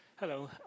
Hello